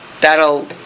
That'll